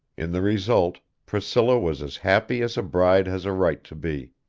in the result, priscilla was as happy as a bride has a right to be.